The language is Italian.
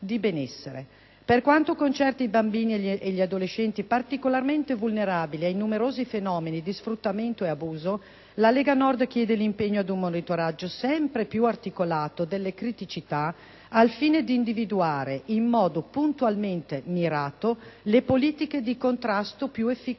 Per quanto concerne i bambini e gli adolescenti particolarmente vulnerabili ai numerosi fenomeni di sfruttamento e abuso, la Lega Nord chiede l'impegno ad un monitoraggio sempre più articolato delle criticità, al fine di individuare in modo puntualmente mirato le politiche di contrasto più efficaci.